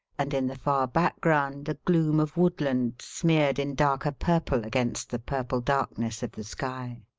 and, in the far background, a gloom of woodland smeared in darker purple against the purple darkness of the sky.